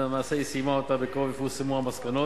למעשה היא סיימה אותה, בקרוב יפורסמו המסקנות,